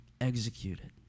executed